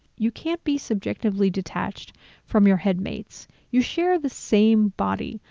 you can't be subjectively detached from your headmates, you share the same body,